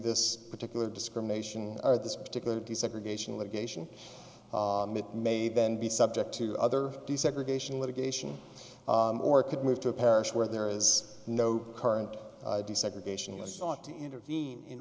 this particular discrimination or this particular desegregation litigation it may then be subject to other desegregation litigation or could move to a parish where there is no current desegregation of us ought to intervene in